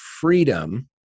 freedom